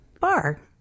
bar